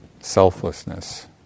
selflessness